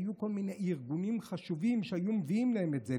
היו כל מיני ארגונים חשובים שהיו מביאים להם את זה,